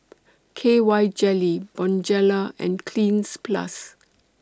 K Y Jelly Bonjela and Cleanz Plus